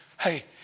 Hey